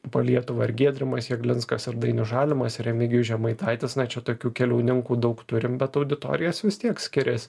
po lietuvą ir giedrimas jeglinskas ir dainius žalimas remigijus žemaitaitis na čia tokių keliauninkų daug turim bet auditorijos vis tiek skiriasi